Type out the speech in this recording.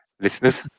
listeners